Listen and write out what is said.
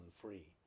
free